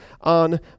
on